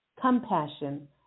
compassion